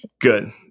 Good